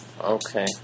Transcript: Okay